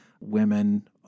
women